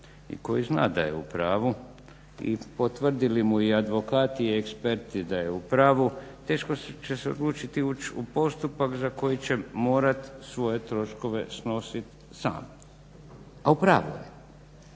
i koji zna da je upravu i potvrdili mu i advokati i eksperti da je u pravu teško će se odlučiti ući u postupak za koji će morati svoje troškove snosit sam a u pravu je.